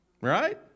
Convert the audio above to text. right